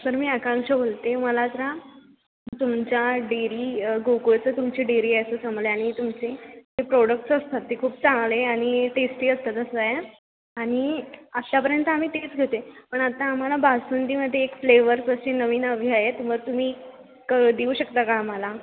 sir मी आकांक्षा बोलते मला जरा तुमच्या डेअरी गोकुळचं तुमची डेअरी आहे असं समजले आणि तुमचे जे प्रोडक्टस असतात ते खूप चांगले आणि टेस्टी असतात असं आहे आणि आतापर्यंत आम्ही तेच घेते पण आता आम्हाला बासुंदीमध्ये एक फ्लेवर्स अशी नवी हवी आहे मग तुम्ही क देऊ शकता का आम्हाला